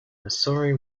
missouri